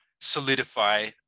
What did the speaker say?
solidify